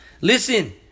Listen